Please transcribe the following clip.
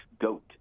GOAT